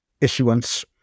issuance